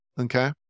Okay